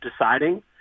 deciding